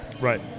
Right